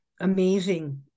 amazing